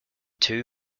two